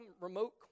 remote